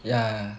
yeah